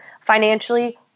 Financially